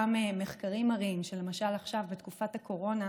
גם מחקרים מראים שלמשל עכשיו, בתקופת הקורונה,